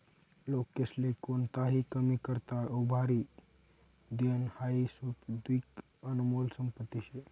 लोकेस्ले कोणताही कामी करता उभारी देनं हाई सुदीक आनमोल संपत्ती शे